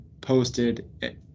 posted